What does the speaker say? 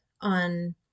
on